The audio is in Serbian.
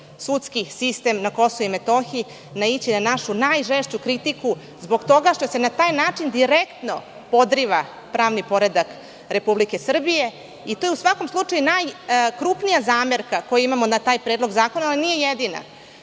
sudski sistem na Kosovu i Metohiji, naići na našu najžešću kritiku zbog toga što se na taj način direktno podriva pravni poredak Republike Srbije i to je u svakom slučaju najkrupnija zamerka koju imamo na taj predlog zakona, ali nije jedina. Nama